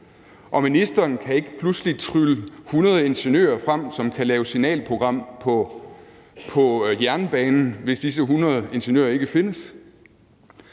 og ministeren kan ikke pludselig trylle 100 ingeniører frem, som kan lave et signalprogram på jernbanen, hvis disse 100 ingeniører ikke findes.